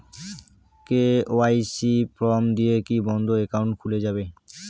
KYC form দিয়ে কি বন্ধ একাউন্ট খুলে যাবে?